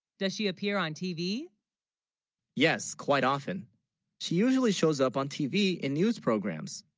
does she appear on tv yes quite often she usually shows up on tv in news programs